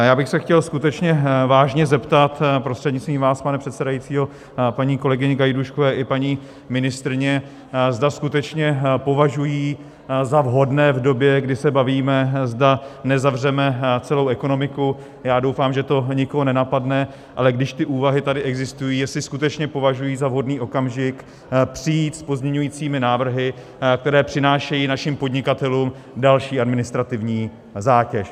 Já bych se chtěl skutečně vážně zeptat prostřednictvím vás, pane předsedající, paní kolegyně Gajdůškové i paní ministryně, zda skutečně považují za vhodné v době, kdy se bavíme, zda nezavřeme celou ekonomiku já doufám, že to nikoho nenapadne, ale když ty úvahy tady existují jestli skutečně považují za vhodný okamžik přijít s pozměňovacími návrhy, které přinášejí našim podnikatelům další administrativní zátěž.